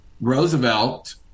Roosevelt